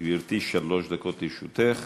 גברתי, שלוש דקות לרשותך